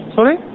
Sorry